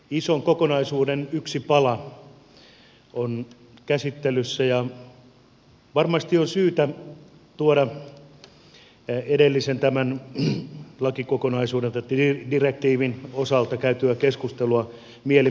ison kokonaisuuden yksi pala on käsittelyssä ja varmasti on syytä tuoda edellistä tämän direktiivin osalta käytyä keskustelua mieliimme